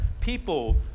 people